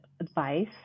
advice